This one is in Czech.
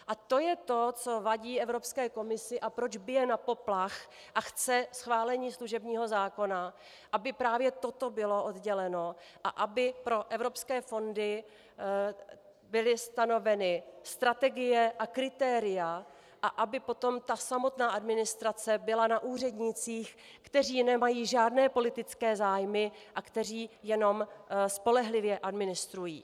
A to je to, co vadí Evropské komisi a proč bije na poplach a chce schválení služebního zákona, aby právě toto bylo odděleno a aby pro evropské fondy byly stanoveny strategie a kritéria a aby potom ta samotná administrace byla na úřednících, kteří nemají žádné politické zájmy a kteří jenom spolehlivě administrují.